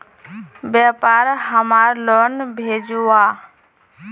व्यापार हमार लोन भेजुआ?